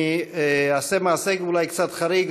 אני אעשה מעשה קצת חריג.